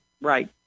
Right